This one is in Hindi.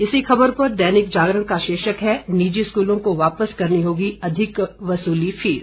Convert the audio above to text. इसी खबर पर दैनिक जागरण का शीर्षक है निजी स्कूलों को वापस करनी होगी अधिक वसूली फीस